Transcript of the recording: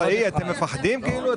אתם מפחדים, כאילו?